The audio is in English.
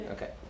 Okay